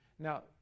Now